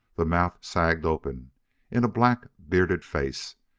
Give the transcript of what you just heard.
the mouth sagged open in a black, bearded face,